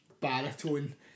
baritone